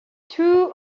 two